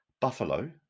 buffalo